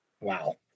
Wow